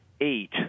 eight